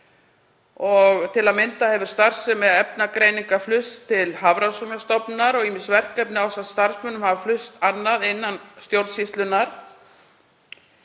Til að mynda hefur starfsemi Efnagreininga flust til Hafrannsóknastofnunar og ýmis verkefni ásamt starfsmönnum hafa flust annað innan stjórnsýslunnar.